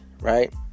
Right